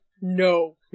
no